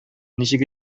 ничек